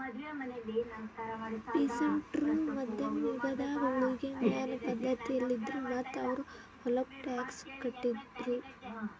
peasant ರು ಮಧ್ಯಮ್ ಯುಗದಾಗ್ ಊಳಿಗಮಾನ್ಯ ಪಧ್ಧತಿಯಲ್ಲಿದ್ರು ಮತ್ತ್ ಅವ್ರ್ ಹೊಲಕ್ಕ ಟ್ಯಾಕ್ಸ್ ಕಟ್ಟಿದ್ರು